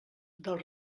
del